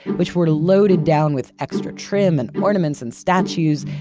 which were loaded down with extra trim and ornaments and statues,